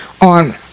on